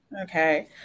Okay